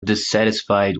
dissatisfied